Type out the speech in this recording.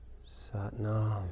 Satnam